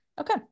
Okay